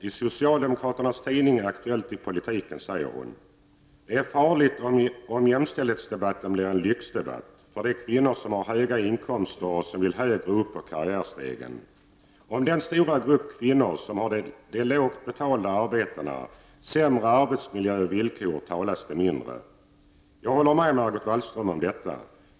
I socialdemokraternas tidning Aktuellt i politiken säger hon: Det är farligt om jämställdhetsdebatten blir en lyxdebatt för de kvinnor som har höga inkomster och som vill högre upp på karriärstegen. Om den stora grupp kvinnor som har de lågt betalda arbetena, sämre arbetsmiljö och villkor talas det mindre. Jag håller med Margot Wallström om detta.